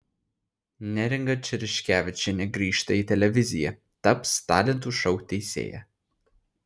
neringa čereškevičienė grįžta į televiziją taps talentų šou teisėja